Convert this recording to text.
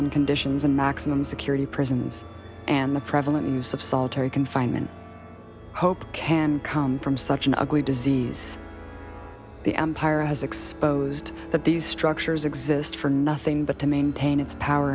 on conditions in maximum security prisons and the prevalent use of solitary confinement hope can come from such an ugly disease the empire has exposed that these structures exist for nothing but to maintain its power